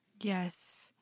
Yes